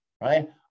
right